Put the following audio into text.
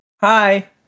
Hi